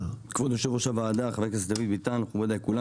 כבוד יושב ראש הוועדה, חבר הכנסת דוד ביטן, וכולם.